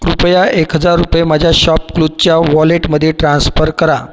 कृपया एक हजार रुपये माझ्या शॉपक्लूज वॉलेटमध्ये ट्रान्स्फर करा